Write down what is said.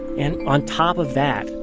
and on top of that,